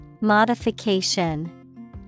Modification